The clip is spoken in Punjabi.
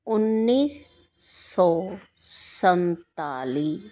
ਉੱਨੀ ਸੌ ਸੰਤਾਲੀ